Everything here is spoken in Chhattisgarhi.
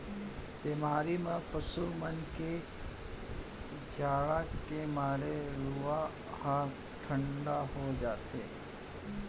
बेमारी म पसु मन के जाड़ के मारे रूआं ह ठाड़ हो जाथे